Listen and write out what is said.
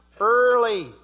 early